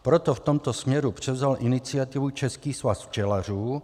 Proto v tomto směru převzal iniciativu Český svaz včelařů.